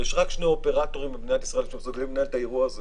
יש רק שני אופרטורים במדינת ישראל שמסוגלים לנהל את האירוע הזה